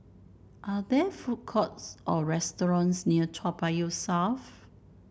are there food courts or restaurants near Toa Payoh South